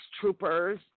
troopers